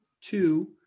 Two